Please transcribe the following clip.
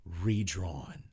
redrawn